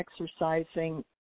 exercising